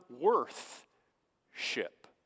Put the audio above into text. worth-ship